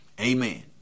Amen